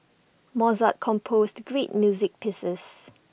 Mozart composed great music pieces